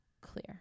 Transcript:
clear